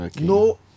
no